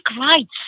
rights